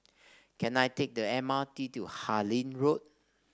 can I take the M R T to Harlyn Road